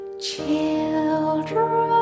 Children